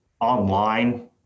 online